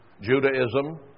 Judaism